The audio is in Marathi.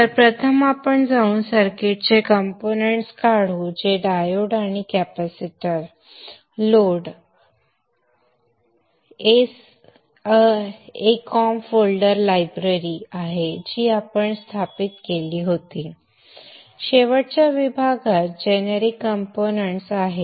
तर प्रथम आपण जाऊन सर्किटचे कंपोनेंट्स काढू जे डायोड सोर्स आणि capacitor load Acoms folder library आहे जी आपण स्थापित केली होती होय शेवटच्या विभागात जेनेरिक कंपोनेंट्स आहेत